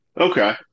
okay